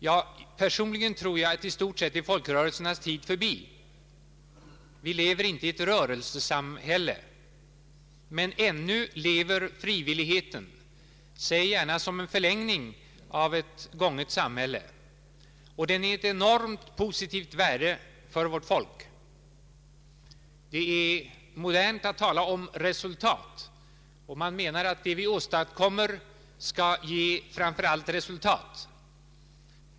Ja, personligen tror jag att i stort sett folkrörelsernas tid är förbi. Vi lever inte i ett ”rörelsesamhälle”, men ännu lever frivilligheten, säg gärna som en förlängning av ett gånget samhälle, och den är av ett enormt positivt värde för vårt folk. Det är modernt att tala om resultat, och man menar att det vi åstadkommer skall ge framför allt resultat.